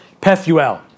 Pethuel